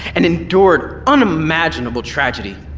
and endured unimaginable tragedy,